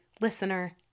listener